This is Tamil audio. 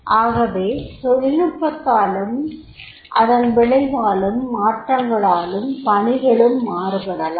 ஆகவே தொழிநுட்பத்தாலும் அதன் விளைவான மாற்றங்களாலும் பணிகளும் மாறுபடலாம்